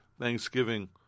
Thanksgiving